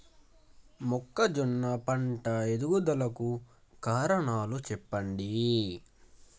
మొక్కజొన్న పంట ఎదుగుదల కు కారణాలు చెప్పండి?